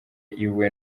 iwe